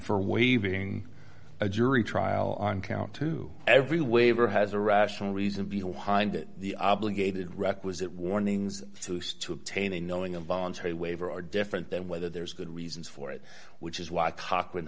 for waving a jury trial on count two every waiver has a rational reason behind the obligated requisite warnings to obtain a knowing a voluntary waiver are different than whether there's good reasons for it which is why cochran